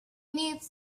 needs